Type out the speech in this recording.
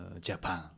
Japan